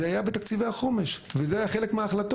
זה היה בתקציבי החומש, וזה היה חלק מההחלטות.